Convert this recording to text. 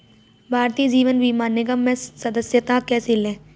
भारतीय जीवन बीमा निगम में सदस्यता कैसे लें?